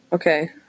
Okay